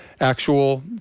actual